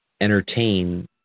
entertain